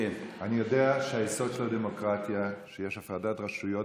אני יודע שהיסוד של הדמוקרטיה הוא שיש הפרדת רשויות